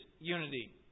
unity